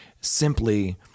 simply